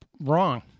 wrong